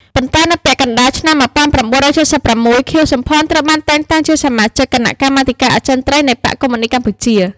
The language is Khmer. ប៉ុន្តែនៅពាក់កណ្តាលឆ្នាំ ១៩៧៦ ខៀវ សំផន ត្រូវបានតែងតាំងជាសមាជិកគណៈកម្មាធិការអចិន្រ្តៃយ៍នៃបក្សកុម្មុយនីស្តកម្ពុជា។